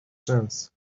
sense